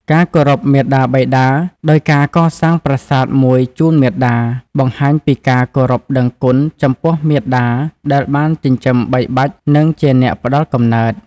ការគោរពមាតាបិតាដោយការកសាងប្រាសាទមួយជូនមាតា បង្ហាញពីការគោរពដឹងគុណចំពោះមាតាដែលបានចិញ្ចឹមបីបាច់ និងជាអ្នកផ្ដល់កំណើត។